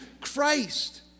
Christ